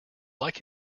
like